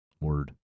Word